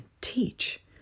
teach